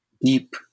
deep